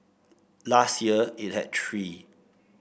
last year it had three